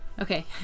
Okay